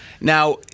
Now